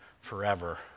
forever